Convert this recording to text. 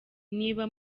niba